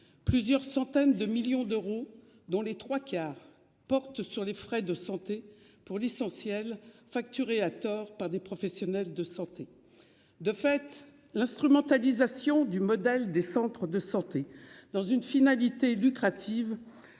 Plusieurs centaines de millions d'euros dont les 3 quarts porte sur les frais de santé pour l'essentiel facturés à tort par des professionnels de santé. De fait, l'instrumentalisation du modèle des centres de santé dans une finalité lucrative